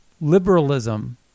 liberalism